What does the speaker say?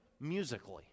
musically